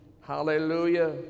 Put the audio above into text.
Hallelujah